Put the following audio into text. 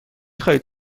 خواهید